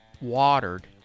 watered